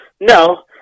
No